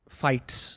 fights